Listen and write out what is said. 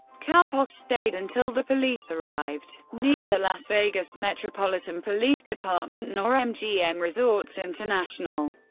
campos stayed until the police arrived. neither las vegas metropolitan police department nor mgm resorts international,